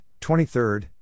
23rd